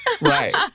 Right